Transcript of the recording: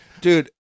Dude